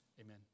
Amen